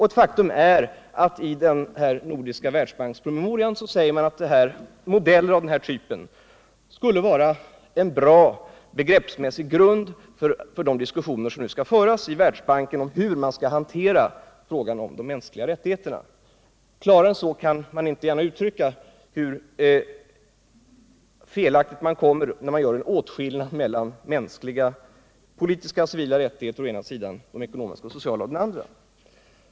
Ett faktum är att de i den nordiska Världsbankspromemorian anförs att modeller av den typen skulle vara en bra begreppsmässig grund för de diskussioner som skall föras i Världsbanken och hur frågan om de mänskliga rättigheterna skall hanteras. Klarare än så kan det inte gärna uttryckas hur fel man kommer när man gör en åtskillnad mellan mänskliga, politiska osv. rättigheter å ena sidan och ekonomiska och sociala rättigheter å den andra.